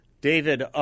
David